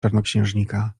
czarnoksiężnika